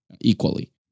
equally